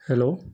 hello